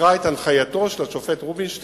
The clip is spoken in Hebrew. שתקרא את הנחייתו של השופט רובינשטיין,